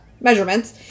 measurements